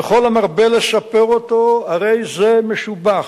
וכל המרבה לספר אותו הרי זה משובח.